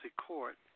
Court